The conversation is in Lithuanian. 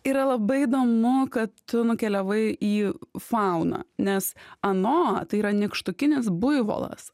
yra labai įdomu kad tu nukeliavai į fauną nes anoa tai yra nykštukinis buivolas